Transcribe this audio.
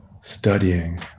studying